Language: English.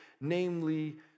namely